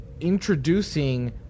introducing